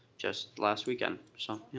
just last weekend, so